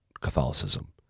Catholicism